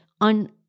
on